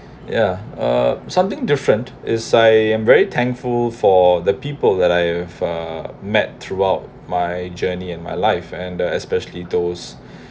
ya uh something different is I am very thankful for the people that I have uh met throughout my journey in my life and uh especially those